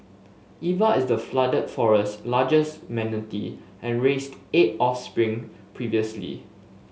Eva is the Flooded Forest's largest manatee and raised eight offspring previously